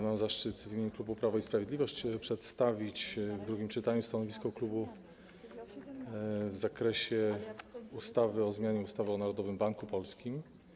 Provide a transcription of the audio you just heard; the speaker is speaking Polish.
Mam zaszczyt w imieniu klubu Prawo i Sprawiedliwość przedstawić w drugim czytaniu stanowisko klubu w zakresie ustawy o zmianie ustawy o Narodowym Banku Polskim.